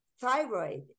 thyroid